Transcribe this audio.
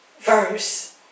verse